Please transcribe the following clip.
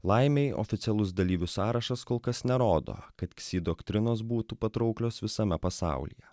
laimei oficialus dalyvių sąrašas kol kas nerodo kad ksi doktrinos būtų patrauklios visame pasaulyje